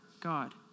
God